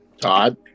Todd